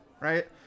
right